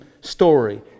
story